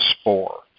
spore